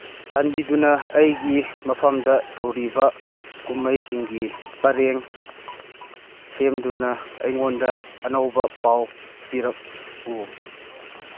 ꯆꯥꯟꯕꯤꯗꯨꯅ ꯑꯩꯒꯤ ꯃꯐꯝꯗ ꯇꯧꯔꯤꯕ ꯀꯨꯝꯍꯩꯁꯤꯡꯒꯤ ꯄꯔꯦꯡ ꯁꯦꯝꯗꯨꯅ ꯑꯩꯉꯣꯟꯗ ꯑꯅꯧꯕ ꯄꯥꯎ ꯄꯤꯔꯛꯎ